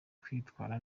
twitwara